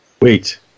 wait